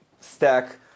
stack